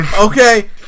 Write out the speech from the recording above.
okay